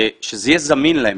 שזה יהיה זמין להם.